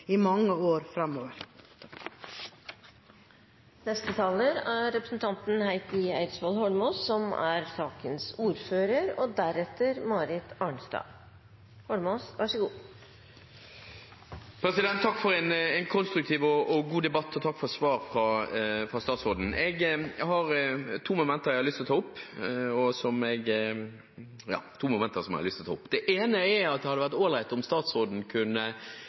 i mange år framover. Takk for en konstruktiv og god debatt, og takk for svaret fra statsråden. Jeg har to momenter jeg har lyst til å ta opp. Det ene er at det hadde vært allright om statsråden kunne drøfte med meg de innsigelsene jeg hadde mot den måten som regjeringen nå legger opp til – som får støtte av flertallet i Stortinget – knyttet til å